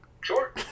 sure